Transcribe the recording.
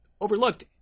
overlooked